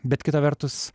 bet kita vertus